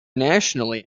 nationally